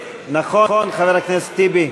נכון, חבר הכנסת טיבי,